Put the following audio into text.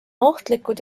ohtlikud